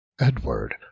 Edward